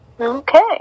okay